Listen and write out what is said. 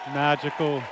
magical